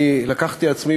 לקחתי על עצמי,